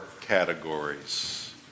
categories